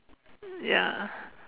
ya